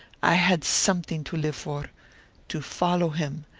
i had something to live for to follow him,